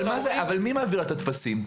מי מעביר לה את הטפסים?